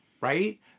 right